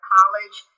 College